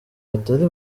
batari